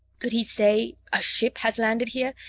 could he say, a ship has landed here?